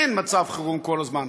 אין מצב חירום כל הזמן.